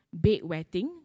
bedwetting